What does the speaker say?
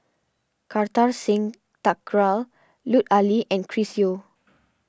Kartar Singh Thakral Lut Ali and Chris Yeo